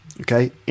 Okay